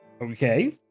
Okay